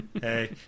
hey